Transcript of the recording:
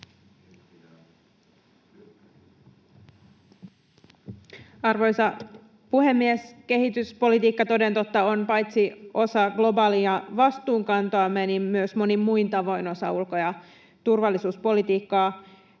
Arvoisa puhemies! Kehityspolitiikka, toden totta, on paitsi osa globaalia vastuunkantoamme myös monin muin tavoin osa ulko- ja turvallisuuspolitiikkaa.